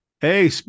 Hey